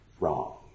wrong